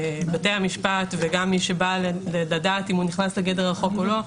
שבתי המשפט וגם מי שבא לדעת אם הוא נכנס לגדר החוק או לא,